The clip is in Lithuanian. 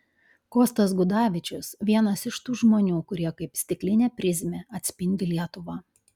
kostas gudavičius vienas iš tų žmonių kurie kaip stiklinė prizmė atspindi lietuvą